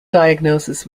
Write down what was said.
diagnosis